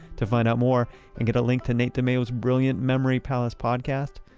to find out more and get a link to nate dimeo's brilliant memory palace podcast,